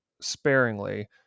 sparingly